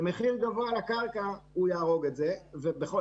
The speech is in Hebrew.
אבל מחיר גבוה לקרקע יהרוג את המיזמים.